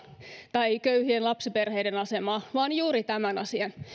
tai köyhien lapsiperheiden asemaa vaan juuri tämän asian